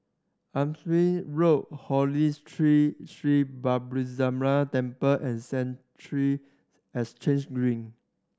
Hampshire Road Holy Tree Sri Balasubramaniar Temple and Central Exchange Green